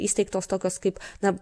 įsteigtos tokios kaip na